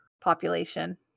population